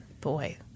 boy